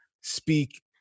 speak